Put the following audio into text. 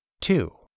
Two